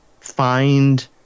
find